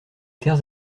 terres